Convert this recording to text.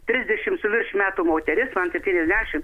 trisdešim su virš metų moteris man septyniasdešim